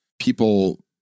People